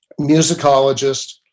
musicologist